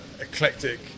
eclectic